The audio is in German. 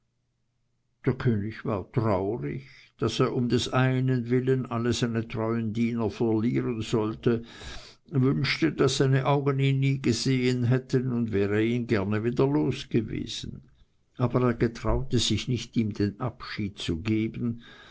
der könig war traurig daß er um des einen willen alle seine treuen diener verlieren sollte wünschte daß seine augen ihn nie gesehen hätten und wäre ihn gerne wieder los gewesen aber er getrauete sich nicht ihm den abschied zu geben